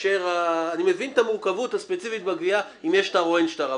אני מבין את המורכבות הספציפית בגבייה אם יש שטר או אין שטר,